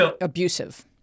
abusive